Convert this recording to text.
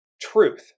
truth